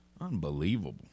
Unbelievable